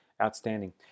outstanding